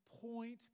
point